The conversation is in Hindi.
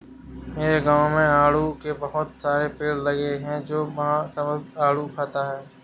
मेरे गाँव में आड़ू के बहुत सारे पेड़ लगे हैं मैं वहां बहुत आडू खाता हूँ